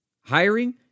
Hiring